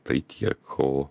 tai tiek o